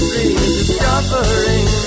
Rediscovering